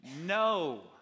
no